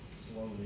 slowly